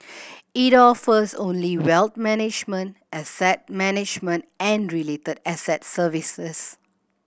it offers only wealth management asset management and related asset services